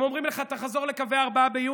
הם אומרים לך: תחזור לקווי 4 ביוני,